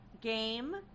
game